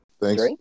Thanks